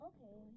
Okay